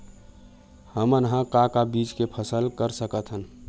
हमन ह का का बीज के फसल कर सकत हन?